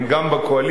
הם גם בקואליציה,